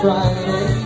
Friday